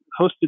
hosted